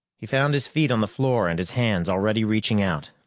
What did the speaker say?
he found his feet on the floor and his hands already reaching out.